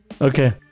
Okay